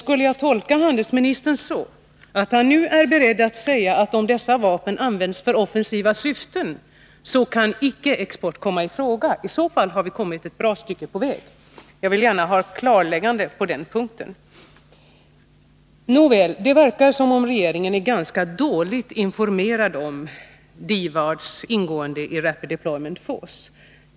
Skall jag tolka handelsministern så, att han nu är beredd att säga att om dessa vapen används för offensiva syften, så kan export icke komma i fråga? I så fall har vi kommit ett bra stycke på väg. Jag vill gärna ha ett klarläggande på den punkten. Nåväl. Det verkar som om regeringen är ganska dåligt informerad om DIVAD:s ingående i Rapid Deployment Force.